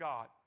God